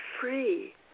free